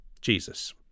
jesus